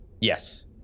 Yes